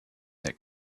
that